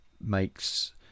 makes